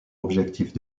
objectif